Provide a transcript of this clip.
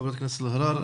חברת הכנסת אלהרר,